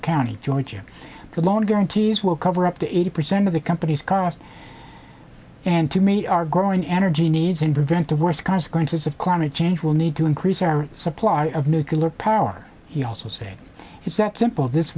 county georgia the loan guarantees will cover up to eighty percent of the company's current and to me our growing energy needs and prevent the worst consequences of climate change will need to increase our supply of nuclear power he also say it's that simple this